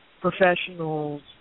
professionals